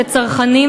כצרכנים,